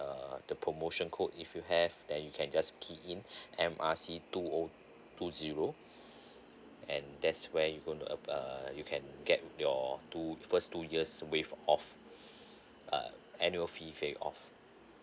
uh the promotion code if you have then you can just key in M R C two O two zero and thats's where you going to uh uh you can get your two first two years waive off uh annual fee waive off